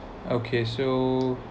okay so